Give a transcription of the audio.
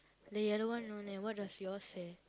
the yellow one no name what does yours say